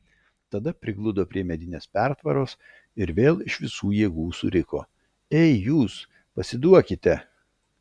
tada prigludo prie medinės pertvaros ir vėl iš visų jėgų suriko ei jūs pasiduokite